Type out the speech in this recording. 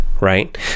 right